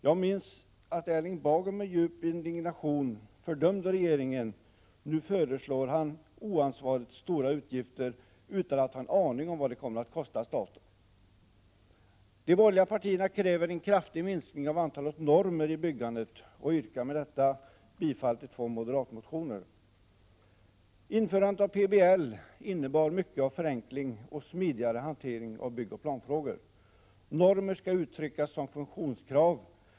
Jag minns att Erling Bager med djup 26 november 1987 indignation fördömde regeringen. Nu föreslår han oansvarigt stora utgifter, = Id ao utan att ha en aning om vad det kommer att kosta staten. De borgerliga partierna kräver en kraftig minskning av antalet normer i byggandet, vilket innebär bifall till två moderatmotioner. Införande av PBL innebar mycket av förenkling och smidigare hantering av byggoch planfrågor. Normer skall uttryckas som funktionskrav.